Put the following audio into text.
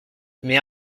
mais